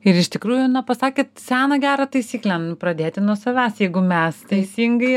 ir iš tikrųjų na pasakėt seną gerą taisyklę pradėti nuo savęs jeigu mes teisingai